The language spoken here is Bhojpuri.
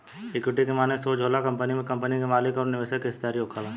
इक्विटी के माने सोज होला कंपनी में कंपनी के मालिक अउर निवेशक के हिस्सेदारी होखल